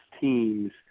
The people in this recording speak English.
teams